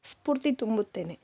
ಸ್ಪೂರ್ತಿ ತುಂಬುತ್ತೇನೆ